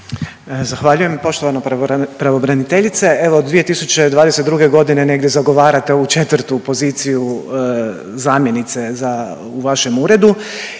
Zahvaljujem poštovana pravobraniteljice. Evo od 2022. godine negdje zagovarate ovu 4. poziciju zamjenice u vašem uredu